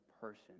person